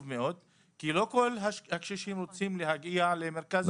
מאוד כי לא הקשישים רוצים להגיע למרכז יום,